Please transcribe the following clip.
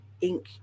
ink